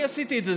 אני עשיתי את זה.